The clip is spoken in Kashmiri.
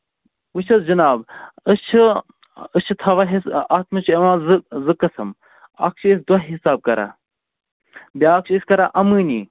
وُچھ حظ جِناب أسۍ چھِ أسۍ چھِ تھاوان حِصہٕ اَتھ منٛز چھِ یِوان زٕ زٕ قٕسٕم اَکھ چھِ أسۍ دۄہ حِساب کران بیٛاکھ چھِ أسۍ کران اَمٲنی